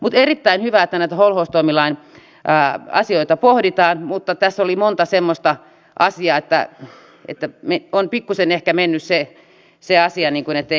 on erittäin hyvä että näitä holhoustoimilain asioita pohditaan mutta tässä oli monta semmoista asiaa että on pikkuisen ehkä mennyt se asia ettei